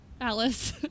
Alice